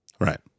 Right